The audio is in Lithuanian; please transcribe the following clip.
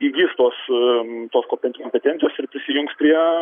įgis tos tos kompetencijos ir prisijungs prie